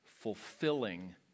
fulfilling